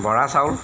বৰা চাউল